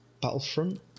Battlefront